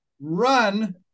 run